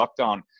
lockdown